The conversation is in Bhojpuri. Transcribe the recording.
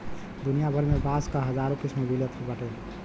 दुनिया भर में बांस क हजारो किसिम मिलत बाटे